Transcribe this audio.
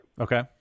Okay